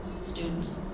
students